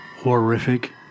Horrific